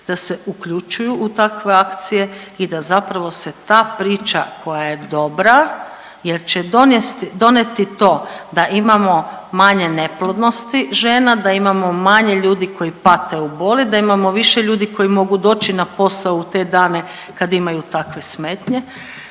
da se uključuju u takve akcije i da zapravo se ta priča koja je dobra jer će donijeti to da imamo manje neplodnosti žena, da imamo manje ljudi koji pate u boli, da imamo više ljudi koji mogu doći na posao u te dane kad imaju takve smetnje,